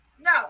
No